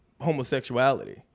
homosexuality